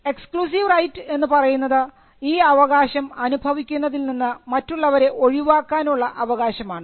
exclusive right എന്ന് പറയുന്നത് ഈ അവകാശം അനുഭവിക്കുന്നതിൽ നിന്ന് മറ്റുള്ളവരെ ഒഴിവാക്കാനുള്ള അവകാശമാണ്